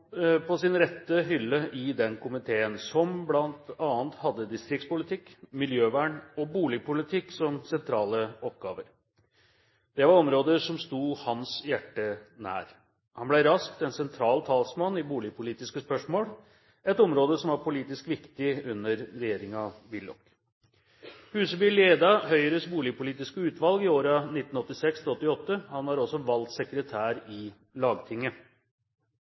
på sin rette hylle i denne komiteen, som bl.a. hadde distriktspolitikk, miljøvern og boligpolitikk som sentrale oppgaver. Dette var områder som sto hans hjerte nær. Han ble raskt en sentral talsmann i boligpolitiske spørsmål – et område som var politisk viktig under regjeringen Willoch. Huseby ledet Høyres boligpolitiske utvalg i årene 1986–1988. Han var også valgt sekretær i Lagtinget.